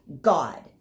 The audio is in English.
God